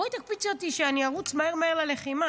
בואי, תקפיצי אותי, שאני ארוץ מהר מהר ללחימה.